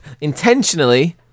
intentionally